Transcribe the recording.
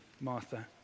Martha